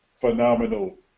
phenomenal